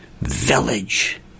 village